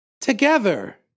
together